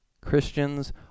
christians